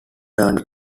turned